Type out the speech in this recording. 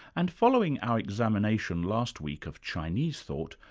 and following our examination last week of chinese thought,